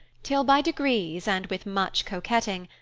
till by degrees and with much coquetting,